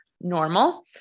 normal